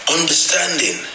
Understanding